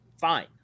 fine